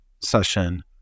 session